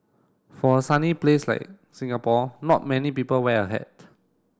for a sunny place like Singapore not many people wear a hat